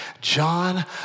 John